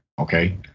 Okay